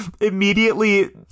immediately